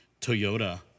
toyota